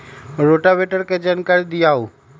Rotavator के जानकारी दिआउ?